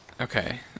Okay